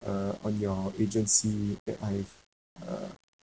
uh on your agency that I uh